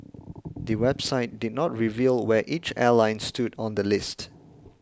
the website did not reveal where each airline stood on the list